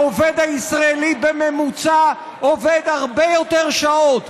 העובד הישראלי עובד בממוצע הרבה יותר שעות,